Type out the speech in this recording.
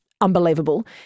unbelievable